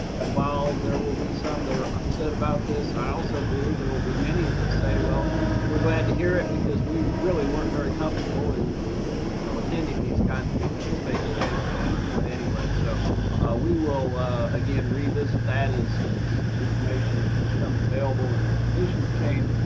and while there will be some that are upset about this, i also believe there will be many that say well we're glad to hear it because we really weren't very comfortable and in, you know, attending these kinds of events face to face at this point. anyway so we will again revisit that as information becomes available and as conditions change,